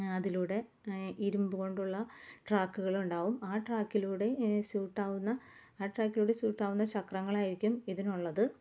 അതിലൂടെ ഇരുമ്പുകൊണ്ടുള്ള ട്രാക്കുകളുണ്ടാവും ആ ട്രാക്കിലൂടെ സ്യൂട്ടാവുന്ന ആ ട്രാക്കിലൂടെ സൂട്ടാവുന്ന ചക്രങ്ങളായിരിക്കും ഇതിനുള്ളത്